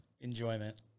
enjoyment